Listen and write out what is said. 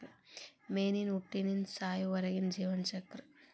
ಮೇನಿನ ಹುಟ್ಟಿನಿಂದ ಸಾಯುವರೆಗಿನ ಜೇವನ ಚಕ್ರ